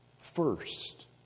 First